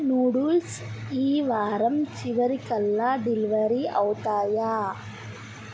noodles ఈ వారం చివరికల్లా డెలివరీ అవుతాయా